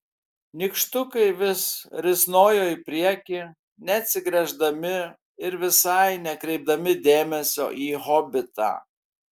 nykštukai vis risnojo į priekį neatsigręždami ir visai nekreipdami dėmesio į hobitą